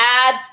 add